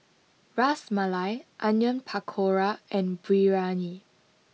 Ras Malai Onion Pakora and Biryani